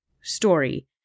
story